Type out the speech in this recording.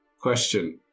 Question